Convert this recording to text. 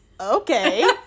Okay